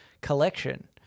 collection